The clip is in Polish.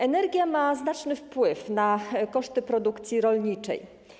Energia ma znaczny wpływ na koszty produkcji rolniczej.